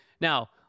now